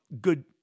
good